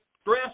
stress